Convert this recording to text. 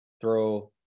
throw